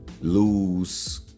lose